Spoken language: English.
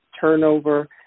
turnover